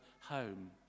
home